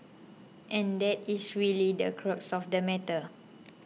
and that is really the crux of the matter